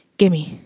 gimme